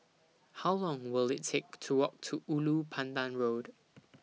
How Long Will IT Take to Walk to Ulu Pandan Road